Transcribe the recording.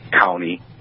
county